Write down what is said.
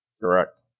Correct